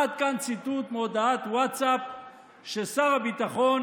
עד כאן ציטוט מהודעת ווטסאפ ששר הביטחון